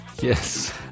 Yes